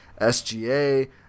SGA